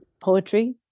poetry